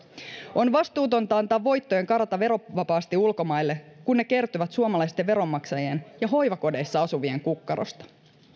on vastuutonta antaa voittojen karata verovapaasti ulkomaille kun ne kertyvät suomalaisten veronmaksajien ja hoivakodeissa asuvien kukkarosta